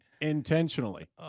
Intentionally